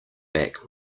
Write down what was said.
back